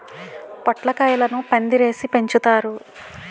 పొట్లకాయలను పందిరేసి పెంచుతారు